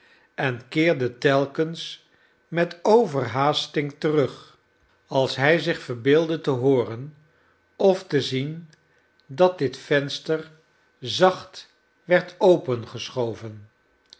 en keerde telkens met overhaasting terug als hij zich verbeeldde te hooren of te zien dat dit venster zacht werd